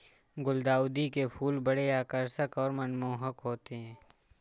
गुलदाउदी के फूल बड़े आकर्षक और मनमोहक होते हैं